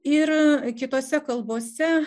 ir kitose kalbose